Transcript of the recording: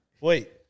Wait